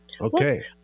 Okay